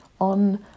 on